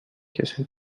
کسل